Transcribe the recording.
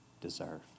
deserve